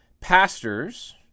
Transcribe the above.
pastors